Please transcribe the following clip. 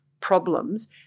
problems